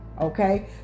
okay